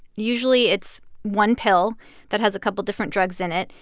usually, it's one pill that has a couple different drugs in it.